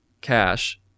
cash